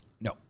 No